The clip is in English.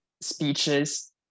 speeches